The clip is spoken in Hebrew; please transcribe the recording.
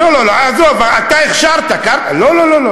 לא לא לא, עזוב, אתה הכשרת, לא לא לא.